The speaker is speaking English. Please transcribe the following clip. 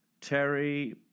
Terry